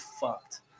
fucked